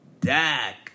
Dak